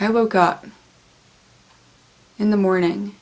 i woke up in the morning